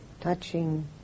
touching